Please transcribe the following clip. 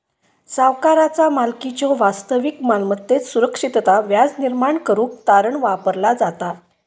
सावकाराचा मालकीच्यो वास्तविक मालमत्तेत सुरक्षितता व्याज निर्माण करुक तारण वापरला जाता